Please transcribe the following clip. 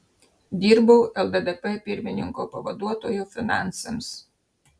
dirbau lddp pirmininko pavaduotoju finansams